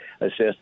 assist